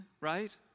right